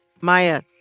Maya